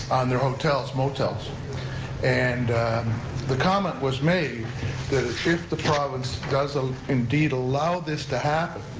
on their hotels, motels and the comment was made that if the province does um indeed allow this to happen,